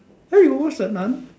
!huh! you watch the nun